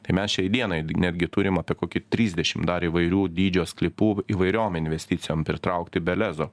tai mes šiai dienai netgi turim apie kokį trisdešim dar įvairių dydžio sklypų įvairiom investicijom pritraukti be lezo